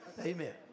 Amen